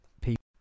People